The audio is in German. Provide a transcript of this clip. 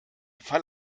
fall